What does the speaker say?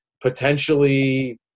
potentially